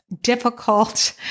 difficult